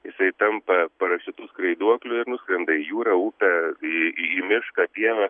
jisai tampa parazitu skraiduokliu ir nuskrenda į jūrą upę į į mišką pievą